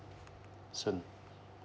soon